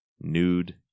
nude